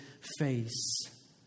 face